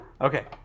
Okay